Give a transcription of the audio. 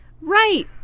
Right